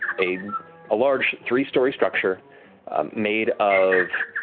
a ah large, three-story structure made of